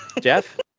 Jeff